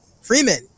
Freeman